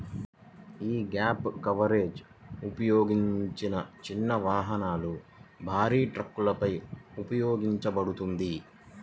యీ gap coverage ఉపయోగించిన చిన్న వాహనాలు, భారీ ట్రక్కులపై ఉపయోగించబడతది